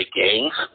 gangs